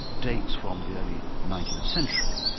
dates from the early nineteenth century.